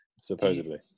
supposedly